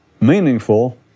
meaningful